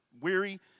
weary